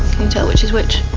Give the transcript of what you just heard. and tell which is which?